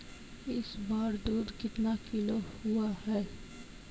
इस बार दूध कितना किलो हुआ है?